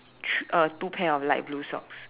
thr~ uh two pair of light blue socks